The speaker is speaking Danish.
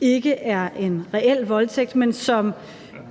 ikke er en reel voldtægt, men som